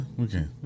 Okay